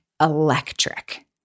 electric